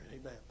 Amen